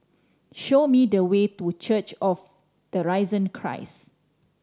show me the way to Church of the Risen Christ